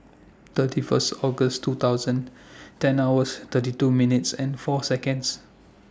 thirty First August two thousand ten hours thirty two minutes and four Seconds